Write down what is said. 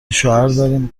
شوهرداریم